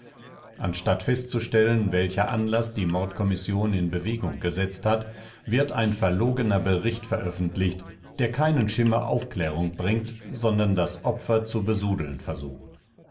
anstatt festzustellen welcher anlaß die mordkommission in bewegung gesetzt hat wird ein verlogener bericht veröffentlicht der keinen schimmer aufklärung bringt sondern das opfer zu besudeln versucht